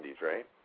right